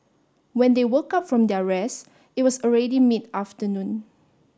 when they woke up from their rest it was already mid afternoon